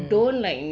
can